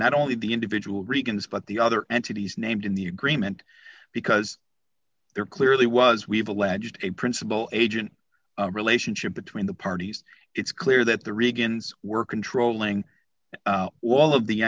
not only the individual regan's but the other entities named in the agreement because there clearly was we have alleged a principle agent relationship between the parties it's clear that the riggins were controlling all of the